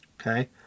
Okay